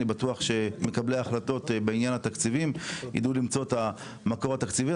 אני בטוח שמקבלי ההחלטות בעניין התקציבים ידעו למצוא את המקור התקציבי,